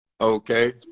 Okay